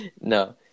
No